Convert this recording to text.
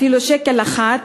אפילו שקל אחד,